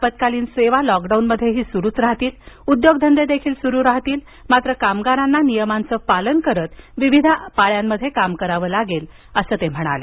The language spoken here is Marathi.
आपत्कालीन सेवा लॉकडाऊनमध्येही सुरु राहतील उद्योगधंदे देखील सुरु राहतील मात्र कामगारांना नियमांचं पालन करत पाळ्यांमध्ये काम करावं लागेल असं ते म्हणाले